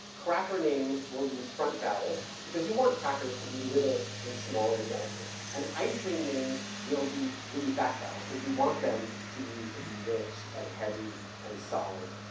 cracker names will use front vowels, because you want crackers to be little, and small, and delicate, and ice cream names will be, will use back vowels, because you want them to, to be rich and heavy and solid.